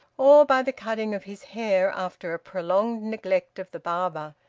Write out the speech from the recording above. or by the cutting of his hair after a prolonged neglect of the barber.